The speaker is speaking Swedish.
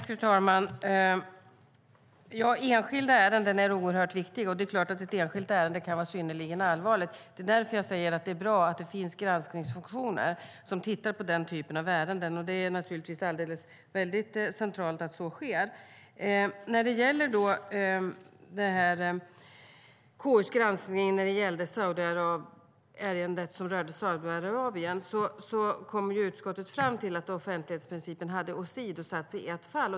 Fru talman! Enskilda ärenden är oerhört viktiga, och ett enskilt ärende kan vara synnerligen allvarligt. Det är därför som det är bra att det finns granskningar när det gäller den typen av ärenden. Det är naturligtvis centralt att så sker. När det gäller KU:s granskning av ärendet som rörde Saudiarabien kom utskottet fram till att offentlighetsprincipen hade åsidosatts i ett fall.